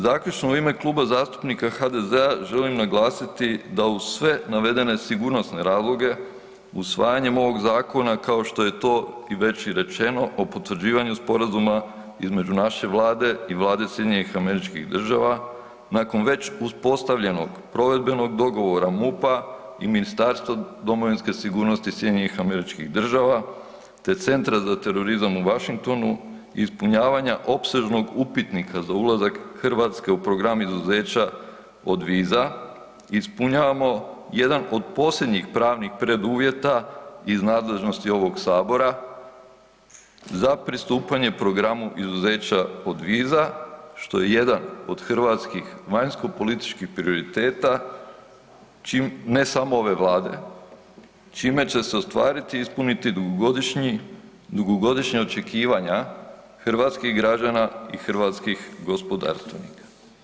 Zaključno, u ime Kluba zastupnika HDZ-a da uz sve navedene sigurnosne razloge, usvajanjem ovog zakona, kao što je to već i rečeno o potvrđivanju sporazuma između naše Vlade i Vlade SAD-a, nakon već uspostavljenog provedbenog dogovora MUP-a i Ministarstva domovinske sigurnosti SAD-a te Centra za terorizam u Washingtonu i ispunjavanja opsežnog upitnika za ulazak Hrvatske u program izuzeća od viza, ispunjavamo jedan od posebnih pravnih preduvjeta iz nadležnosti ovog Sabora za pristupanje programu izuzeća od viza, što je jedan od hrvatskih vanjskopolitičkih prioriteta, čime, ne samo ove Vlade, čime će se ostvariti i ispuniti dugogodišnja očekivanja hrvatskih građana i hrvatskih gospodarstvenika.